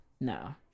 no